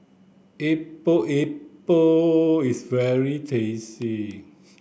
Epok Epok is very tasty